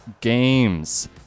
games